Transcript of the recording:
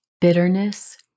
bitterness